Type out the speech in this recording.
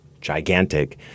gigantic